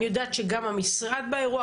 אני יודעת שגם המשרד באירוע.